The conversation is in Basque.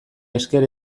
esker